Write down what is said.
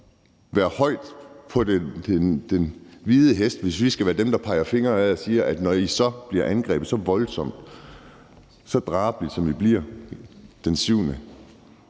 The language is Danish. sætte os på den høje hest, hvis vi skal være dem, der peger fingre ad det og siger, at når I så bliver angrebet så voldsomt, så drabeligt, som I bliver den 7.